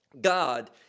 God